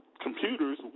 computers